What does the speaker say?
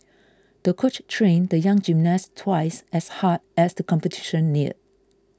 the coach trained the young gymnast twice as hard as the competition neared